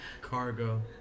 cargo